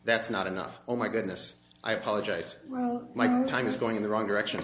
that's not enough oh my goodness i apologize my time is going in the wrong direction